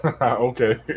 Okay